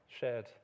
shared